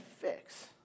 fix